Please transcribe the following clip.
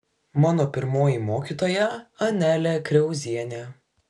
mano pirmoji mokytoja anelė kriauzienė